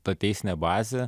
ta teisinė bazė